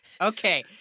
Okay